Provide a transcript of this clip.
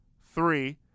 Three